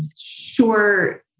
sure